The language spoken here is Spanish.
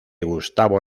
gustavo